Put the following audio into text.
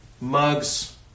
mugs